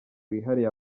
wihariye